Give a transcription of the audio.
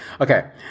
Okay